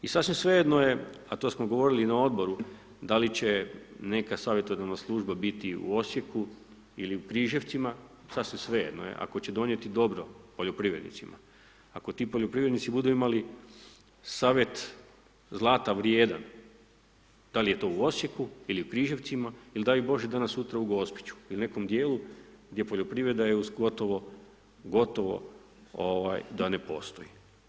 I sasvim svejedno je, a to smo govorili i na odboru da li će neka savjetodavna služba biti u Osijeku ili u Križevcima, sasvim svejedno je ako će donijeti dobro poljoprivrednicima, ako ti poljoprivrednici budu imali savjet zlata vrijedan, da li je to u Osijeku ili u Križevcima ili daj bože danas sutra u Gospiću il nekom dijelu gdje poljoprivreda je u gotovo, gotovo ovaj da ne postoji.